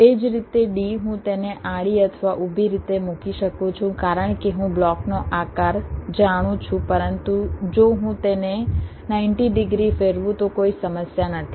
એ જ રીતે D હું તેને આડી અથવા ઊભી રીતે મૂકી શકું છું કારણ કે હું બ્લોકનો આકાર જાણું છું પરંતુ જો હું તેને 90 ડિગ્રી ફેરવું તો કોઈ સમસ્યા નથી